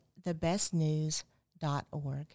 thebestnews.org